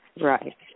Right